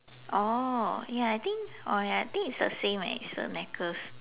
orh ya I think oh ya I think it's the same leh it's a necklace